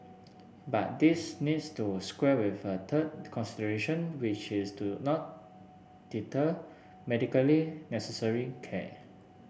but this needs to square with a third consideration which is to not deter medically necessary care